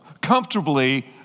Comfortably